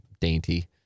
dainty